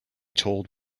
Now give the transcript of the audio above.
told